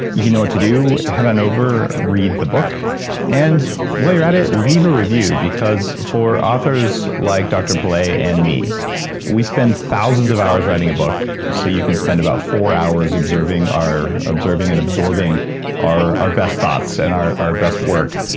you know what to do, head on over, read the book and while you're at it, leave a review, because for authors like dr pillay and me we spend thousands of hours writing a book so you can spend about four hours observing and absorbing our our best thoughts and our our best work.